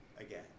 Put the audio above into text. again